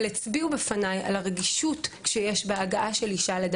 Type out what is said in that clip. אבל הצביעו בפניי על הרגישות שיש בהגעה שלי.